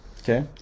Okay